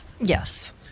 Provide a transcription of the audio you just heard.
Yes